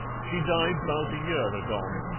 she died about a year agone.